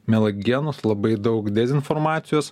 mielagienos labai daug dezinformacijos